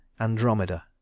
Andromeda